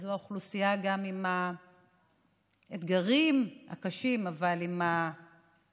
זו גם אוכלוסייה עם אתגרים קשים, אבל עם יכולת